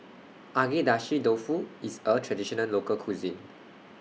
Agedashi Dofu IS A Traditional Local Cuisine